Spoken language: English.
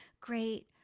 great